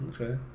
Okay